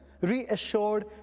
reassured